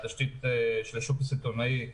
בתשתית של השוק הסיטונאי,